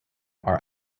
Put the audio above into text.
are